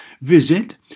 Visit